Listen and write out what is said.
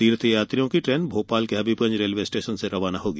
तीर्थ यात्रियों की ट्रेन भोपाल के हबीबगंज रेल्वे स्टेशन से रवाना होगी